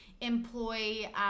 employ